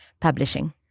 publishing